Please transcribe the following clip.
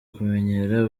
kumenyera